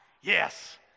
Yes